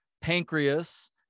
pancreas